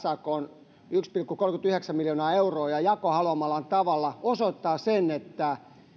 sakn yksi pilkku kolmekymmentäyhdeksän miljoonaa euroa ja jakoi haluamallaan tavalla osoittaa sen että